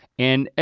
and,